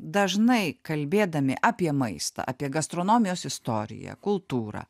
dažnai kalbėdami apie maistą apie gastronomijos istoriją kultūrą